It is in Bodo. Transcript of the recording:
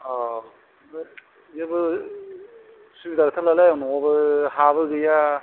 औ बो जेबो सुबिदा गैथारलालै आयं न' आवबो हाबो गैया